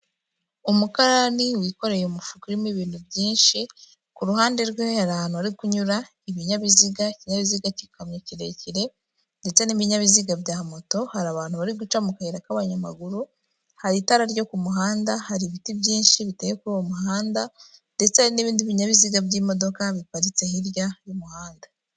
Umukarani wikoreye umufuka urimo ibintu byinshi, ku ruhande rwe hari ahantu hari kunyura ibinyabiziga, ikinyabiziga cy'ikamyo kirekire ndetse n'ibinyabiziga bya moto, hari abantu bari guca mu kayira k'abanyamaguru, hari itara ryo ku muhanda, hari ibiti byinshi biteye kuri uwo muhanda ndetse hari n'ibindi binyabiziga by'imodoka biparitse hirya y'umuhanda.